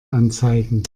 anzeigen